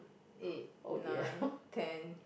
eight nine ten